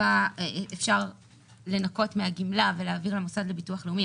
אפשר לנכות מהגמלה ולהעביר למוסד לביטוח לאומי,